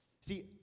See